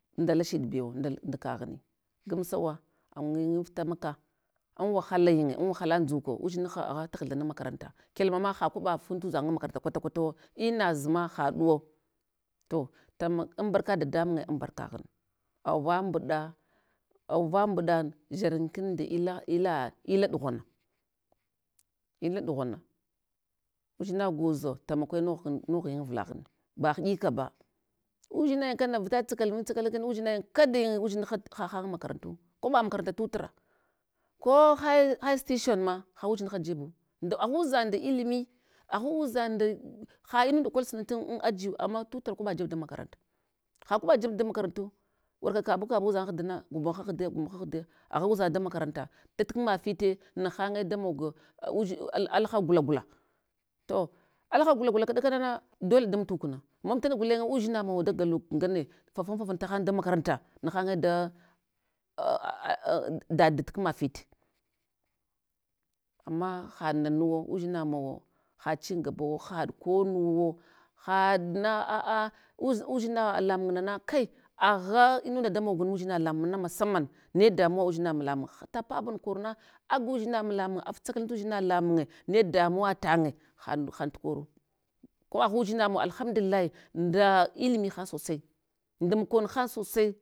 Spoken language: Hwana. Nadala shiɗ bewo, ndal ndakaghni, gamsa wa awanyif tamaka, an wahalanyine an wahala ndzukko, udzinho agha taghtha nam makaranta, kyalma ma ha kwaba fun tudzan'nga makaranta kwata kwatawo, inazina haɗuwo, to tam anbarka dadamunye an barkaghun, awavamɓuɗa, awavamɓuɗa dzavankin nda illa, illa, illa ɗughana, illa ɗughana. Udzina gwozo ta makuwe nogh kan noghinye avlaghune ba hiɗikaba, udzinaiyin kadin udzin hat hahan an makarantu, kwaɓa makaranta tutra, ko hai hai sitishonma ha uzdinha jebu, agha udzan nda illmi, agha udzan nda hainunda kol sumuntan an ajiyu. Ama tutura kwaɓa jeb dan makaranta. Ha kwaɓa jeb dan makarantu, warka kabu kabu udzang aghdina, gumbaha aghdiya gumbaha aghdiya, agha udzan dan makaranta tal. Kma fite, nahanye damog udzi alaha gula, gula to alaha gula gula kdakana na, dole damtukune, mamtal gulenye udzinamawa dagaluk ngane fafun fafal tahan dan makaranta, nahanye da dad tukma fit. Ama haɗ nanuwa, uzdina mawo haɗ chingabuwo haɗ konuwuwo, haɗna aa uz udzina lamung nana kai agha inunda da mogul mudzina lamungna masaman, ne damuwa udzina lamung na tapabul korna, agun dzina mu lamung lamund aftsakalal lamunye ne damuwa tanye, had han tukoru, ko agha udzinamun, alhamdullahi nda illmi han sosai, nda mukon han sosai.